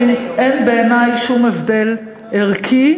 מבחינת הערכים, אין בעיני שום הבדל ערכי.